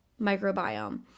microbiome